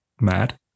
mad